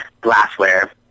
glassware